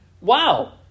wow